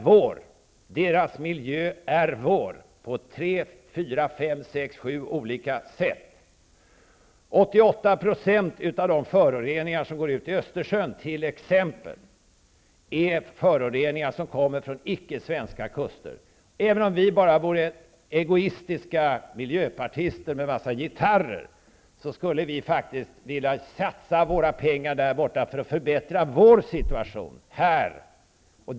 Baltikums miljö är vår på flera olika sätt. 88 % av Östersjöns föroreningar kommer från andra kuster än den svenska. Även om vi bara vore egoistiska miljöpartister med en massa gitarrer, skulle vi faktiskt vilja satsa pengar där borta för att förbättra vår situation.